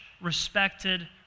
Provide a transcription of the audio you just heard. respected